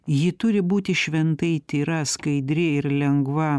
ji turi būti šventai tyra skaidri ir lengva